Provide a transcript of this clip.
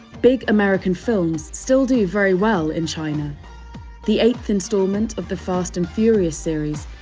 big american films still do very well in china the eighth instalment of the fast and furious series,